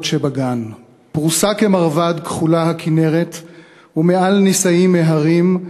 שבגן // פרושה כמרבד כחולה הכינרת / ומעל נישאים ההרים /